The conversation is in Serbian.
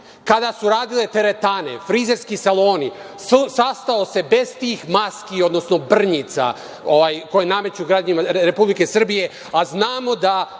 kada su radile teretane, frizerski saloni, sastao se bez tih maski, odnosno brnjica koje nameću građanima Republike Srbije, a znamo da